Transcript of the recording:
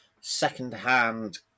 second-hand